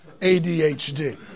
ADHD